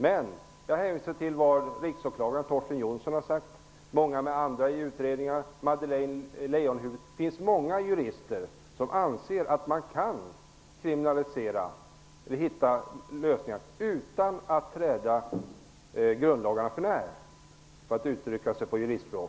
Men jag hänvisar till vad riksåklagaren Torsten Jonsson har sagt och många andra i utredningar, exempelvis Madeleine Leijonhufvud. Det finns många jurister som anser att man kan hitta lösningar utan att träda grundlagarna för när -- för att uttrycka mig på juristspråk.